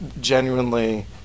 genuinely